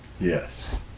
Yes